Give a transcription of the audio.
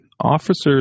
Officers